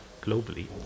globally